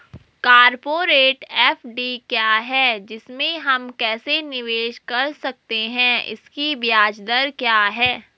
Corporate FD क्या है इसमें हम कैसे निवेश कर सकते हैं इसकी ब्याज दर क्या है?